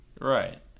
Right